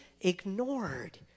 ignored